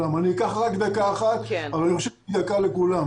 אני אקח רק דקה אחת אבל היא חשובה לכולם.